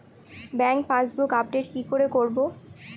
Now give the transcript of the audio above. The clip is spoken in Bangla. ব্যাংক পাসবুক আপডেট কি করে করবো?